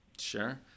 Sure